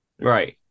Right